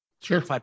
Sure